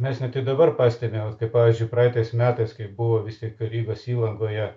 mes net ir dabar pastebime vat kaip pavyzdžiui praeitais metais kai buvo vis tik rygos įlankoje